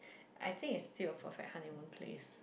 I think is still a perfect hunt in own place